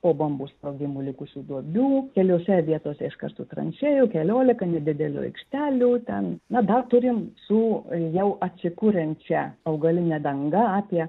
po bombų sprogimų likusių duobių keliose vietose iškastų tranšėjų keliolika nedidelių aikštelių ten na dar turim su jau atsikuriančia augaline danga apie